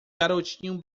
garotinho